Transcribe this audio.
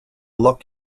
lock